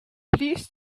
please